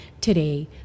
today